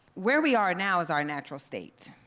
where we are now is our natural state,